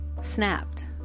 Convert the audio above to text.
snapped